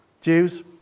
Jews